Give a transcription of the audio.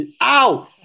Ow